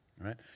right